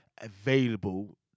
available